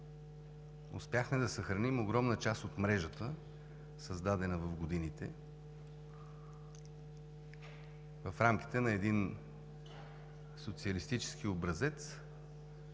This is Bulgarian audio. Успяхме да съхраним огромна част от мрежата, създадена в годините, в рамките на един социалистически образец,